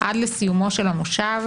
עד לסיומו של הכנס,